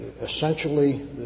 essentially